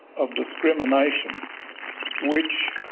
of discrimination which